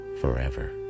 forever